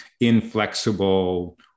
inflexible